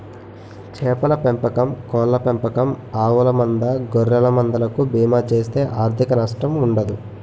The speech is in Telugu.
చేపల పెంపకం కోళ్ళ పెంపకం ఆవుల మంద గొర్రెల మంద లకు బీమా చేస్తే ఆర్ధిక నష్టం ఉండదు